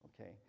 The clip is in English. okay